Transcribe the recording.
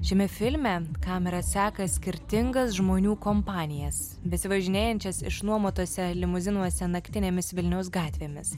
šiame filme kamera seka skirtingas žmonių kompanijas besivažinėjančias išnuomotuose limuzinuose naktinėmis vilniaus gatvėmis